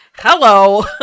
hello